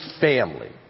family